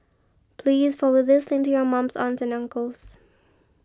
please forward this link to your mums aunts and uncles